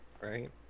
right